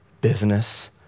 business